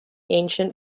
ancient